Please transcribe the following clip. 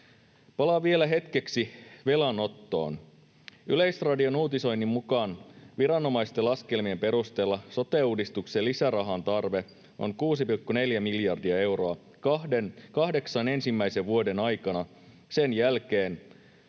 Palaan vielä hetkeksi velanottoon. Yleisradion uutisoinnin mukaan viranomaisten laskelmien perusteella sote-uudistuksen lisärahan tarve on 6,4 miljardia euroa kahdeksan ensimmäisen vuoden aikana sen jälkeen,